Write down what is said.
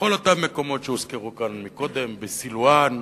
בכל אותם מקומות שהוזכרו כאן קודם, בסילואן,